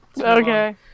Okay